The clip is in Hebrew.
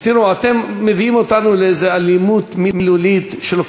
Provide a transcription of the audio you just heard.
דיברתם יותר מדי, יותר מדי, יותר מדי.